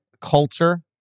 culture